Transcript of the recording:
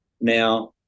now